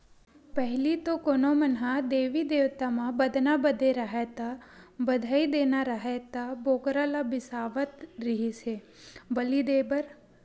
पहिली तो कोनो मन ह देवी देवता म बदना बदे राहय ता, बधई देना राहय त बोकरा ल बिसावत रिहिस हे बली देय बर